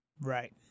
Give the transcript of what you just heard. Right